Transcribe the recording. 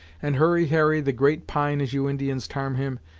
and hurry harry, the great pine as you indians tarm him,